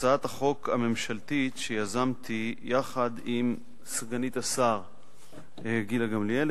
את הצעת החוק הממשלתית שיזמתי יחד עם סגנית השר גילה גמליאל,